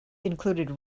include